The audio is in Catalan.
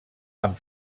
amb